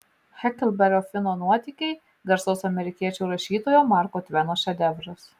heklberio fino nuotykiai garsaus amerikiečių rašytojo marko tveno šedevras